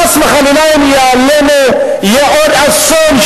חס וחלילה אם יהיה עלינו עוד אסון,